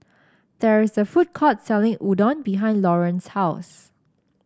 there is a food court selling Udon behind Lauren's house